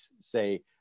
say